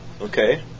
Okay